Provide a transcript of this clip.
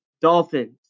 Dolphins